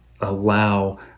allow